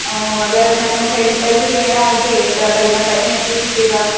ऐं अगरि माने मूंखे इंटरव्यू ॾियणो हुजे त भई मां कॾहिं अची थी सघां